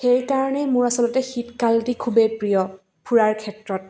সেইকাৰণে মোৰ আচলতে শীতকালটি খুবেই প্ৰিয় ফুৰাৰ ক্ষেত্ৰত